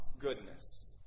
goodness